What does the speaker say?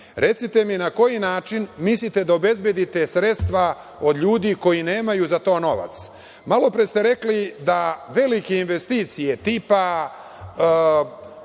Recite mi na koji način mislite da obezbedite sredstva od ljudi koji za to nemaju novac? Malopre ste rekli da velike investicije, tipa